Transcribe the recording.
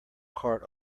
cart